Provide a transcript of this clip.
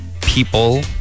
people